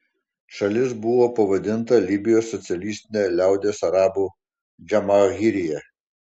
šalis buvo pavadinta libijos socialistine liaudies arabų džamahirija